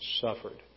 suffered